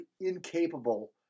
incapable